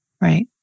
Right